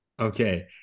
Okay